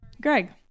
Greg